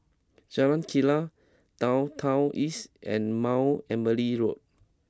Jalan Kilang Downtown East and Mount Emily Road